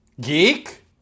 geek